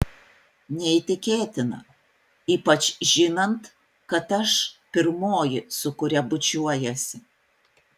neįtikėtina ypač žinant kad aš pirmoji su kuria bučiuojiesi